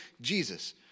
Jesus